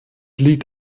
liegt